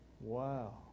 Wow